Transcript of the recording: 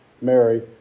Mary